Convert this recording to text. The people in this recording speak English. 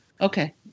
Okay